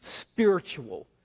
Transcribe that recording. spiritual